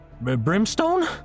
brimstone